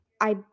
I